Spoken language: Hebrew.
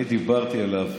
דרך אגב,